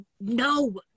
No